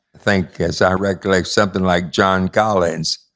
think, as i recollect, something like john collins,